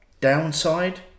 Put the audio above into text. downside